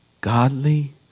godly